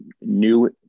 new